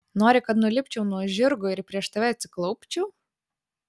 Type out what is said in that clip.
nori kad nulipčiau nuo žirgo ir prieš tave atsiklaupčiau